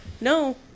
no